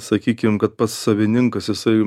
sakykim kad pats savininkas jisai